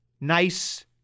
nice